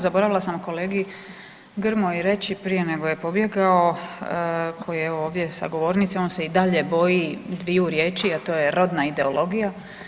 Zaboravila sam kolegi Grmoji reći prije nego je pobjegao koji je ovdje sa govornice on se i dalje boji dviju riječi, a to je rodna ideologija.